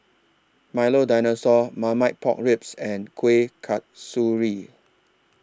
Milo Dinosaur Marmite Pork Ribs and Kuih Kasturi